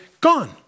gone